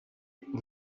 uru